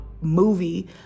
movie